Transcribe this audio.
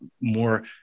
more